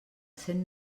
cent